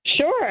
Sure